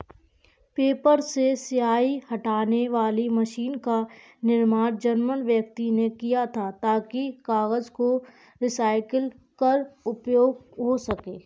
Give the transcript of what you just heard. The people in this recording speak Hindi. पेपर से स्याही हटाने वाली मशीन का निर्माण जर्मन व्यक्ति ने किया था ताकि कागज को रिसाईकल कर उपयोग हो सकें